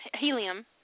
Helium